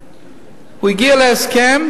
הוא הגיע להסכם.